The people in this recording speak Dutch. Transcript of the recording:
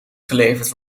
geleverd